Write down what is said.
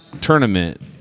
tournament